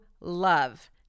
love